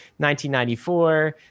1994